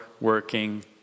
working